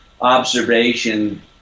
observation